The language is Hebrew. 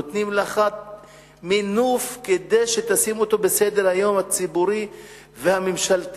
נותנים לך מינוף כדי שתשים אותו בסדר-היום הציבורי והממשלתי,